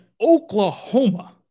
Oklahoma